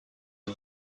les